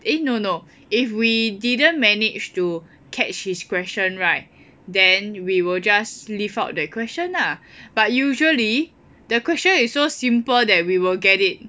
eh no no if we didn't manage to catch his question right then we will just leave out that question lah but usually the question is so simple that we will get it